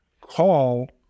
call